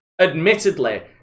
admittedly